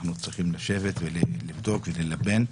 אנחנו צריכים לשבת ולבדוק, וללבן.